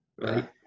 Right